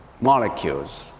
molecules